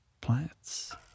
plants